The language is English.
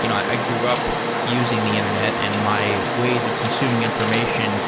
you know i grew up using the internet and my ways of consuming information